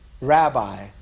Rabbi